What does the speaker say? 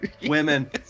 Women